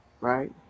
right